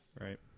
Right